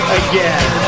again